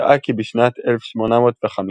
הראה כי בשנת 1850,